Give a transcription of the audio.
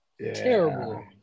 Terrible